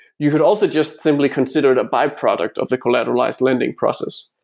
you could also just simply consider it a byproduct of the collateralized lending process.